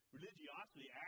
Religiosity